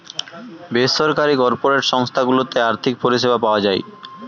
বেসরকারি কর্পোরেট সংস্থা গুলোতে আর্থিক পরিষেবা পাওয়া যায়